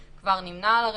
השר ממנה את הוועדה.